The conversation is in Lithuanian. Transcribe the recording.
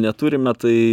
neturime tai